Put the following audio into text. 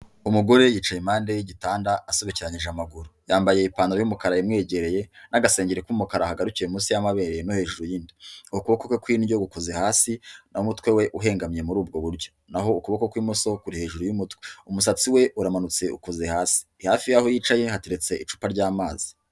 Umugore yicaye impande y'igitanda asobekeranyije amaguru. Yambaye ipantaro y'umukara imwegereye n'agasengeri k'umukara kagarukiye munsi y'amabere no hejuru y'indi. Ukuboko kw'indyo gukoze hasi n'umutwe we uhengamye muri ubwo buryo. Naho ukuboko kw'imoso kuri hejuru y'umutwe. Umusatsi we uramanutse ukoze hasi. Hafi y'aho yicaye hateretse icupa ry'amazi.